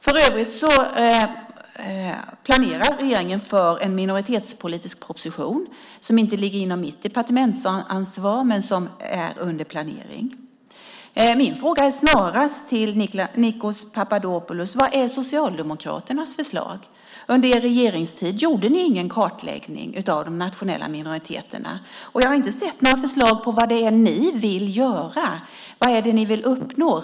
För övrigt planerar regeringen för en minoritetspolitisk proposition, som inte ligger under mitt departements ansvar men som är under planering. Min fråga till Nikos Papadopoulos är snarast: Vad är Socialdemokraternas förslag? Under er regeringstid gjorde ni ingen kartläggning av de nationella minoriteterna, och jag har inte sett några förslag på vad det är ni vill göra. Vad är det ni vill uppnå?